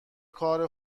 کار